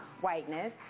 whiteness